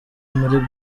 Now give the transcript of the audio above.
muri